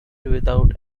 without